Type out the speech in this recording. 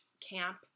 camp